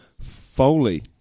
Foley